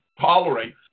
tolerate